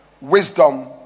wisdom